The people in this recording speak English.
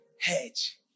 hedge